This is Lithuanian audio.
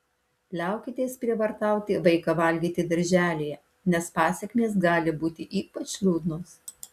liaukitės prievartauti vaiką valgyti darželyje nes pasekmės gali būti ypač liūdnos